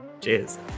Cheers